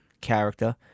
character